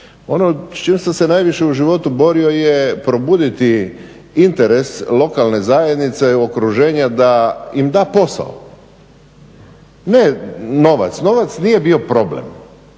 Ono čim sam se najviše u životu borio je probuditi interes lokalne zajednice i okruženja da im da posao. Ne novac, novac nije bio problem,